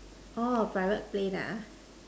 orh private plane ah